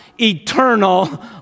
eternal